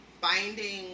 finding